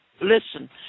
listen